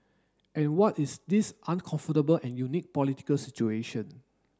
and what is this uncomfortable and unique political situation